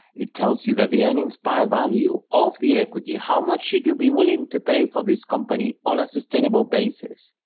it tells you that the earnings per value of the equity, how much should you be willing to pay for this company on a sustainable basis,